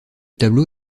tableau